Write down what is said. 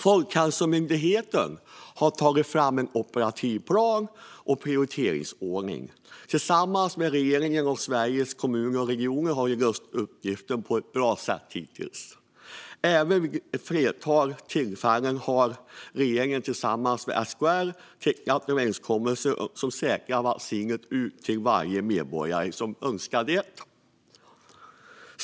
Folkhälsomyndigheten har tagit fram en operativ plan och prioriteringsordning. Tillsammans med regeringen och Sveriges Kommuner och Regioner har de löst uppgiften på ett bra sätt hittills. Vid ett flertal tillfällen har regeringen tillsammans med SKR tecknat överenskommelser som säkrar att vaccinet kommer ut till varje medborgare som önskar det.